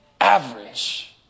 Average